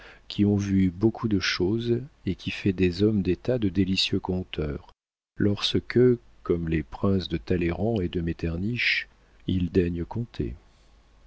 qui ont vu beaucoup de choses et qui fait des hommes d'état de délicieux conteurs lorsque comme les princes de talleyrand et de metternich ils daignent conter